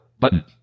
Button